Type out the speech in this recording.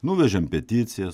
nuvežėm peticiją